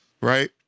right